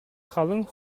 халыҥ